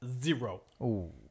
zero